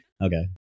Okay